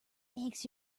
makes